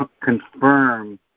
confirm